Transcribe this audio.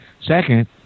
Second